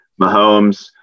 Mahomes